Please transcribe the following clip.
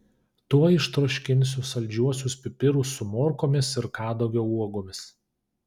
tuoj ištroškinsiu saldžiuosius pipirus su morkomis ir kadagio uogomis